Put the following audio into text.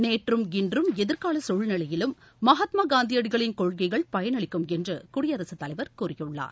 நேற்றும் இன்றும் எதிர்கால சூழ்நிலையிலும் மகாத்மா காந்தியடிகளின் கொள்கைகள் பயனளிக்கும் என்று குடியரசுத்தலைவர் கூறியுள்ளார்